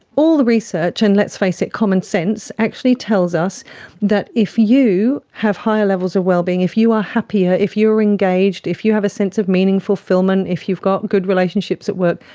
all the research and, let's face it, common sense, actually tells us that if you have higher levels of well-being, if you are happier, if you are engaged, if you have a sense of meaning, fulfilment, if you've got good relationships at work,